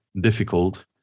difficult